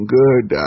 good